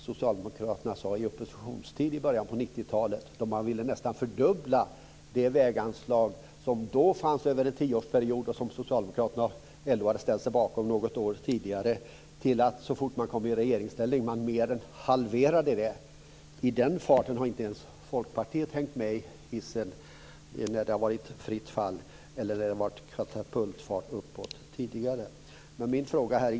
Socialdemokraterna ville under oppositionstiden i början på 90-talet nästan fördubbla det väganslag som då gällde för en tioårsperiod och som socialdemokraterna något år tidigare hade ställt sig bakom, men så fort som man kom i regeringsställning blev det mer än halverat. Inte ens Folkpartiet har kunnat hänga med i denna katapultfart uppåt följd av ett fritt fall.